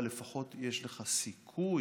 אבל לפחות יש לך סיכוי